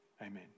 Amen